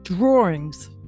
Drawings